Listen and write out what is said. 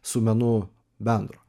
su menu bendro